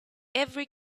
every